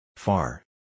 Far